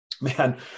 man